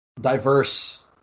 diverse